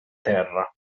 terra